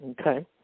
Okay